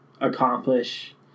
accomplish